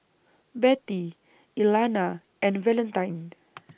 Bettye Elana and Valentine